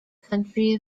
country